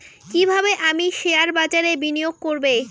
কিভাবে আমি শেয়ারবাজারে বিনিয়োগ করবে?